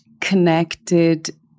connected